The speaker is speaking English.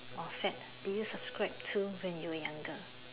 or fad do you subscribe to when you are younger